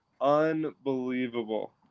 unbelievable